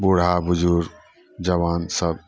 बूढ़ा बुजुर्ग जवान सब